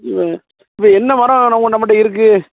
ம் இப்ப என்ன மரம் நம்ம நம்மட்ட இருக்குது